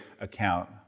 account